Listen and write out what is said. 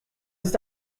ist